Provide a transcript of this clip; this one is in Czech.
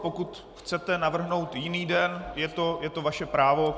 Pokud chcete navrhnout jiný den, je to vaše právo.